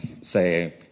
say